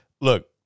Look